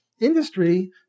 industry